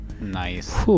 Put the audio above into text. Nice